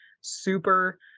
super